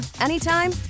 anytime